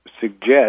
suggest